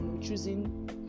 choosing